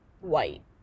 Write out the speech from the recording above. white